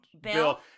Bill